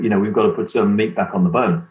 you know we've got to put some meat back on the bone.